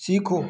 सीखो